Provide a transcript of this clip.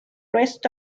rest